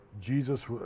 Jesus